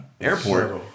Airport